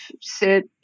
sit